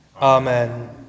Amen